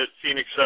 Phoenix